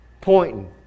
pointing